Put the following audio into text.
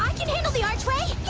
can handle the archway